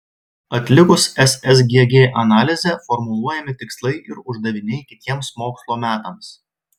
atlikus ssgg analizę formuluojami tikslai ir uždaviniai kitiems mokslo metams